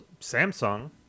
Samsung